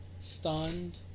stunned